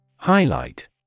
Highlight